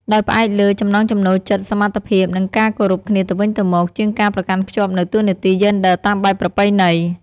ដោយផ្អែកលើ ចំណង់ចំណូលចិត្ត សមត្ថភាព និង ការគោរពគ្នាទៅវិញទៅមក ជាងការប្រកាន់ខ្ជាប់នូវតួនាទីយេនឌ័រតាមបែបប្រពៃណី។